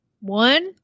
One